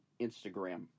instagram